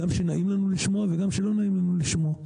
גם כשנעים לנו לשמוע וגם כשלא נעים לנו לשמוע.